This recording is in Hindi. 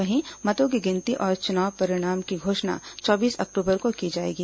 वहीं मतों की गिनती और चुनाव परिणाम की घोषणा चौबीस अक्टूबर को की जाएगी